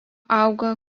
auga